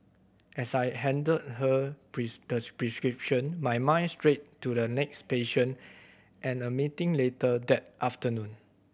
as I handed her the prescription my mind strayed to the next patient and a meeting later that afternoon